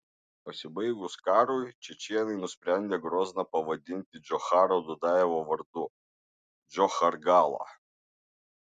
pasibaigus karui čečėnai nusprendę grozną pavadinti džocharo dudajevo vardu džochargala